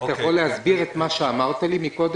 אתה יכול להסביר את מה שאמרת לי קודם?